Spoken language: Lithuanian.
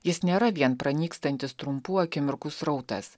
jis nėra vien pranykstantis trumpų akimirkų srautas